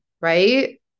Right